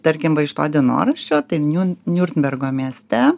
tarkim va iš to dienoraščio tai niun niurnbergo mieste